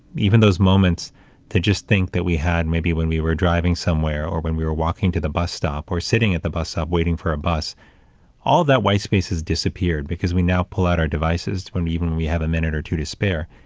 even those moments to just think that we had maybe when we were driving somewhere or when we were walking to the bus stop or sitting at the bus stop waiting for a bus all that whitespace has disappeared because we now pull out our devices when we when we have a minute or two to spare.